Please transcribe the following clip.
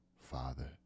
Father